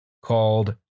called